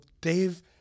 Dave